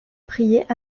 priait